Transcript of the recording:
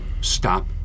stop